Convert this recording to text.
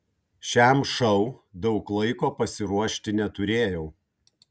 šiam šou daug laiko pasiruošti neturėjau